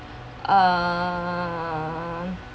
err